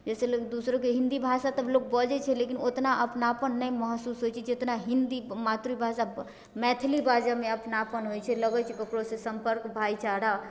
जाहिसँ लोग दोसरोके हिन्दी भाषा तब लोग बजै छै लेकिन ओतना अपनापन नहि महसूस होइ छै जतना हिन्दी मातृभाषा मैथिली बाजैमे अपनापन होइ छै लगै छै ककरोसँ सम्पर्क भाइचारा